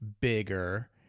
bigger